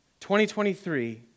2023